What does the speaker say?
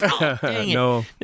No